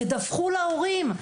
תדווחו להורים.